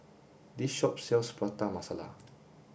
this shop sells Prata Masala